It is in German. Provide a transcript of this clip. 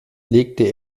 legte